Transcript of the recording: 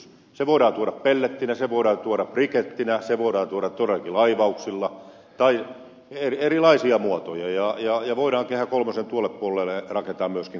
se voidaan tuoda pellettinä se voidaan tuoda brikettinä se voidaan tuoda todellakin laivauksilla tai erilaisilla muodoilla ja voidaan kehä kolmosen tuolle puolelle rakentaa myöskin kaukolämpötuotantoa ja niin edelleen